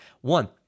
One